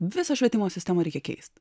visą švietimo sistemą reikia keist